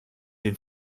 den